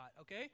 okay